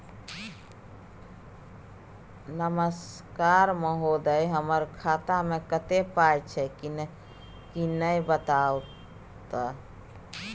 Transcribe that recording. नमस्कार महोदय, हमर खाता मे कत्ते पाई छै किन्ने बताऊ त?